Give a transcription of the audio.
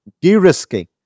de-risking